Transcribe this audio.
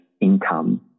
income